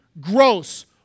gross